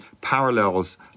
parallels